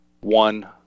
one